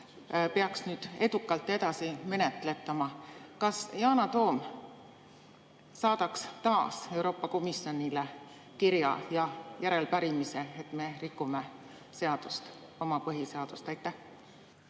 peaks edukalt edasi menetletama, Yana Toom saadaks taas Euroopa Komisjonile kirja ja järelpärimise, et me rikume seadust, oma põhiseadust? Aitäh!